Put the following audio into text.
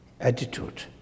Attitude